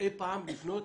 אי פעם לפנות